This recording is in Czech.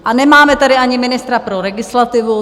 A nemáme tady ani ministra pro legislativu.